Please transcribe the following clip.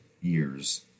years